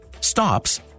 stops